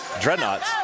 Dreadnoughts